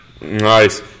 Nice